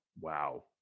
Wow